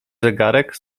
zegarek